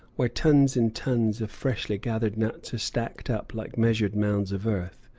where tons and tons of freshly gathered nuts are stacked up like measured mounds of earth,